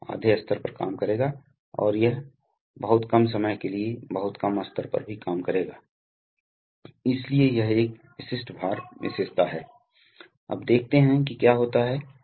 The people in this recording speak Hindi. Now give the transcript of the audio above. और जब आप लोड के बिना लौट रहे हैं तो आपके पास समय बचाने के लिए तेज गति हो सकती है इसलिए ऐसे मामलों में प्रवाह नियंत्रण वाल्व उपयोग कर सकते हैं बहुत उपयोग किया जाता है उसी तरह जैसे कि आप हाइड्रोलिक्स में उपयोग करते हैं